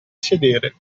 sedere